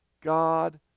God